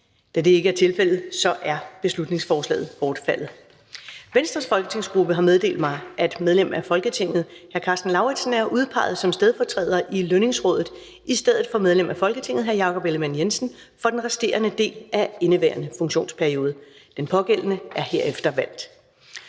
Da det ikke er tilfældet, er beslutningsforslaget bortfaldet. Venstres folketingsgruppe har meddelt mig, at medlem af Folketinget Karsten Lauritzen er udpeget som stedfortræder i Lønningsrådet i stedet for medlem af Folketinget Jakob Ellemann-Jensen for den resterende del af indeværende funktionsperiode. Den pågældende er herefter valgt.